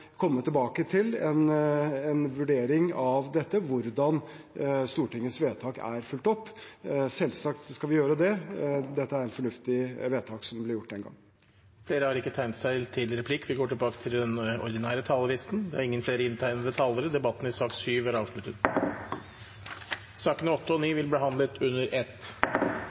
komme tilbake til en vurdering av dette – hvordan Stortingets vedtak er fulgt opp. Selvsagt skal vi gjøre det. Det var et fornuftig vedtak som ble gjort den gangen. Replikkordskiftet er omme. Flere har ikke bedt om ordet til